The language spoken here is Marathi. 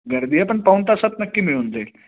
गर्दी आहे पण पाऊण तासात नक्की मिळून जाईल